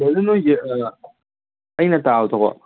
brother ꯅꯣꯏꯁꯦ ꯑꯩꯅ ꯇꯥꯕꯗꯀꯣ